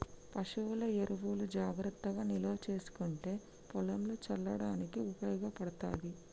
పశువుల ఎరువు జాగ్రత్తగా నిల్వ చేసుకుంటే పొలంల చల్లడానికి ఉపయోగపడ్తది